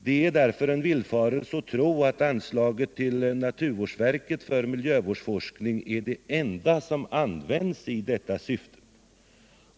Det är således en villfarelse att tro att anslaget till naturvårdsverket för miljövårdsforskning är det enda som används i detta syfte.